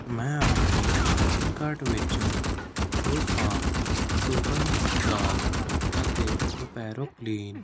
ਮੈਂ ਆਪਣੇ shopping cart ਵਿੱਚੋਂ ਟਰੂਫਾਰਮ ਸੁਪਰਮਿਕਸ ਦਾਲ ਅਤੇ ਕਪੈਰੋ ਕਲੀਨ